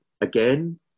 again